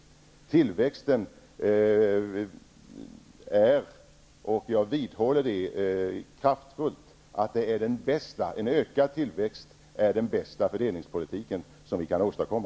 Jag vidhåller kraftfullt att en ökad tillväxt är den bästa fördelningspolitik vi kan åstadkomma.